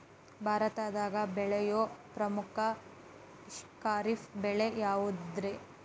ಭಾರತದಾಗ ಬೆಳೆಯೋ ಪ್ರಮುಖ ಖಾರಿಫ್ ಬೆಳೆ ಯಾವುದ್ರೇ?